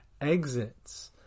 exits